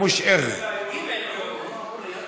מוש ר'.